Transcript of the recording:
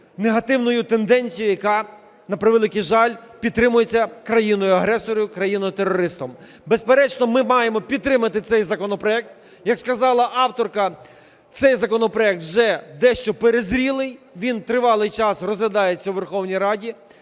негативною тенденцією, яка, на превеликий жаль, підтримується країною-агресором, країною-терористом. Безперечно, ми маємо підтримати цей законопроект, як сказала авторка, цей законопроект вже дещо перезрілий, він тривалий час розглядається у Верховної Раді.